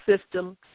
system